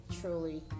truly